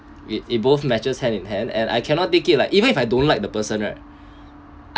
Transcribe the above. it it both matches hand in hand and I cannot take it like even if I don't like the person right